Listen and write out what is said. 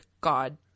god